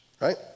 right